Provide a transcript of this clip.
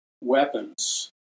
weapons